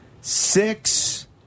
six